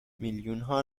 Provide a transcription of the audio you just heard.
میلیونها